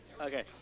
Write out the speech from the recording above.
Okay